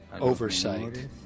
oversight